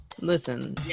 listen